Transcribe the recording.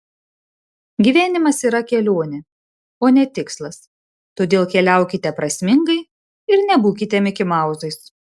gyvenimas yra kelionė o ne tikslas todėl keliaukite prasmingai ir nebūkite mikimauzais